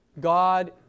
God